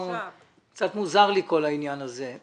קצת מוזר לי כל הדבר הזה.